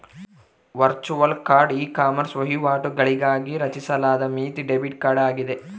virtual card ecommerce ವಹಿವಾಟುಗಳಿಗಾಗಿ ರಚಿಸಲಾದ ಮಿತಿ ಡೆಬಿಟ್ ಕಾರ್ಡ್ ಆಗಿದೆ